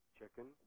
chicken